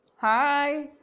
Hi